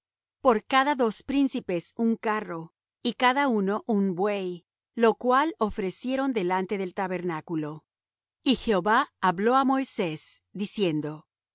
por cada dos príncipes un carro y cada uno un buey lo cual ofrecieron delante del tabernáculo y jehová habló á moisés diciendo